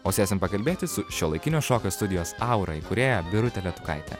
o sėsim pakalbėti su šiuolaikinio šokio studijos aura įkūrėja birute letukaite